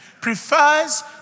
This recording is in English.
prefers